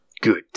Good